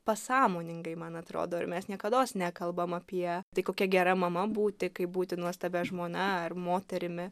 pasąmoningai man atrodo ir mes niekados nekalbam apie tai kokia gera mama būti kaip būti nuostabia žmona ar moterimi